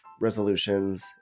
resolutions